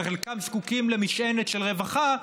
וחלקם זקוקים למשענת של רווחה,